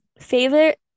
Favorite